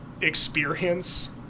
experience